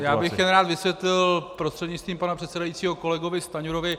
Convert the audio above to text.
Já bych jen rád vysvětlil prostřednictvím pana předsedajícího kolegovi Stanjurovi.